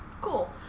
Cool